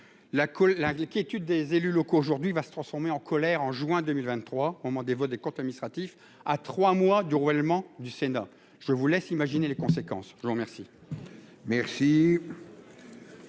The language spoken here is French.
la quiétude des élus locaux, aujourd'hui, va se transformer en colère en juin 2000 23 au moment des votes des comptes administratifs à 3 mois du roulement du Sénat, je vous laisse imaginer les conséquences, je vous remercie.